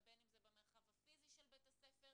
ובין אם זה במרחב הפיזי של בית הספר.